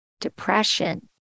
depression